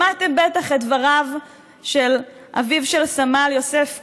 שמעתם בטח את דבריו של אביו של סמל יוסף כהן,